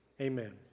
Amen